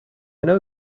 know